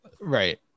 Right